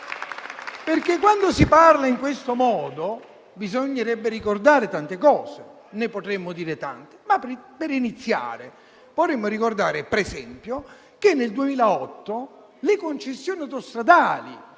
quando si parla in questo modo bisognerebbe ricordare tante cose. Ne potremmo dire tante ma per iniziare vorremmo ricordare, per esempio, che nel 2008 le concessioni autostradali